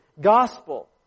Gospel